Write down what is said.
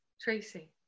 Tracy